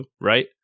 Right